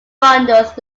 bundles